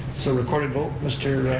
so, recorded vote, mr.